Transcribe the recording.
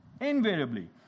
invariably